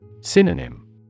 Synonym